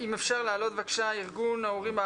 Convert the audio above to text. אם אפשר להעלות בבקשה, סלימאן.